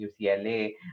ucla